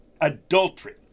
adultery